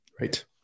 Right